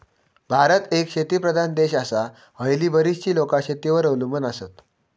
भारत एक शेतीप्रधान देश आसा, हयली बरीचशी लोकां शेतीवर अवलंबून आसत